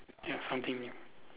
ya something new